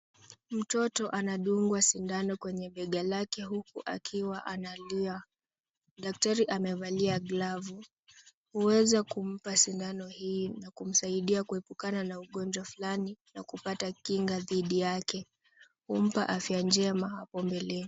Mtoto anadungwa sindano kwenye bega lake huku akiwa analia. Daktari amevalia glavu, kuweza kumpa sindano hii na kumsaidia kuepukana na ugonjwa fulani na kupata kinga dhidi yake, kumpa afya njema hapo mbeleni.